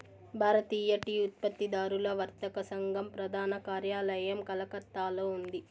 భారతీయ tea ఉత్పత్తిదారుల వర్తక సంఘం ప్రధాన కార్యాలయం కలకత్తాలో ఉంది